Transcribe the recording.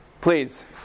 Please